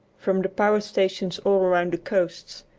from the power stations all around the coasts,